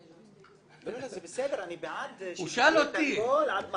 זה בסדר, אני בעד שתקראו עד מחר.